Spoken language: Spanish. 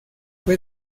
fue